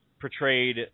portrayed